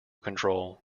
control